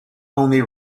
only